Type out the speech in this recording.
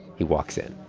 he walks in